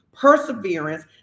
perseverance